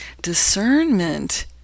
Discernment